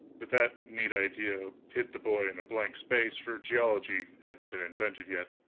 but that neat idea hit the boy in a blank place, for geology hadn't been invented yet.